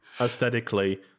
aesthetically